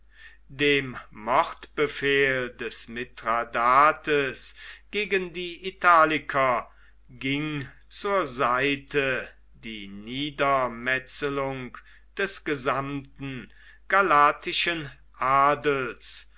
dem mordbefehl des mithradates gegen die italiker ging zur seite die niedermetzelung des gesamten galatischen adels